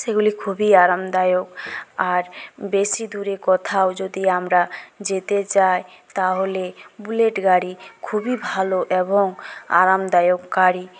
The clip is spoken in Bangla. সেগুলি খুবই আরামদায়ক আর বেশি দূরে কোথাও যদি আমরা যেতে চাই তাহলে বুলেট গাড়ি খুবই ভালো এবং আরামদায়ক গাড়ি